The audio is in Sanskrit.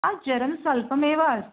ज्वरं स्वल्पमेव अस्ति